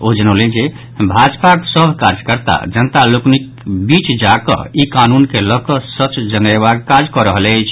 ओ जनौलनि जे भाजपाक सभ कार्यकर्ता जनता लोकनिक बीच जा कऽ ई कानून के लऽ कऽ सच जनयबाक काज कऽ रहल अछि